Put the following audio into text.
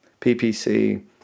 PPC